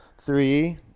Three